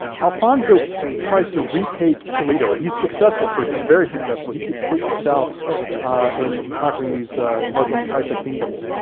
alfonso tries to retake toledo. and he's successful at first, he's very successful. he keeps pushing south, and in conquering these muslim taifa kingdoms,